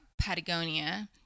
Patagonia